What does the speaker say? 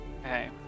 Okay